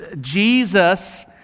Jesus